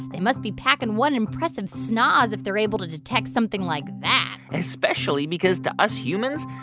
they must be packing one impressive snoz if they're able to detect something like that especially because to us humans,